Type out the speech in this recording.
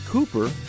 Cooper